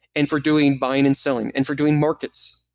and for doing buying and selling, and for doing markets.